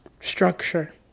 structure